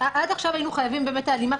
עד היינו חייבים באמת בהלימה,